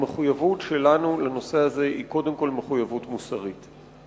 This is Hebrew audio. המחויבות שלנו לנושא הזה היא קודם כול מחויבות מוסרית.